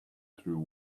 through